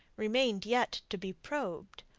remained yet to be probed.